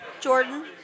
Jordan